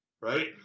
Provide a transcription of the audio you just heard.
Right